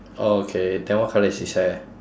oh okay then what colour is his hair